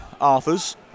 Arthurs